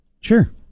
Sure